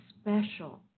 special